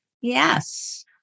Yes